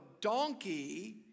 donkey